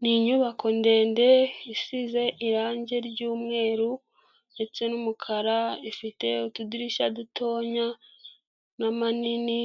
Ni inyubako ndende isize irangi ry'umweru ndetse n'umukara ifite utudirishya dutoya n'amanini